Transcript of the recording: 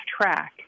track